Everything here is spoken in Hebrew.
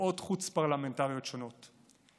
בתנועות חוץ-פרלמנטריות שונות.